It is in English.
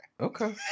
Okay